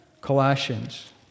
Colossians